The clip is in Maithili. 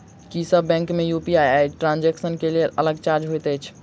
की सब बैंक मे यु.पी.आई ट्रांसजेक्सन केँ लेल अलग चार्ज होइत अछि?